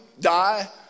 die